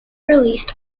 released